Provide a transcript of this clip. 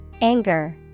Anger